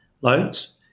loads